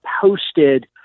posted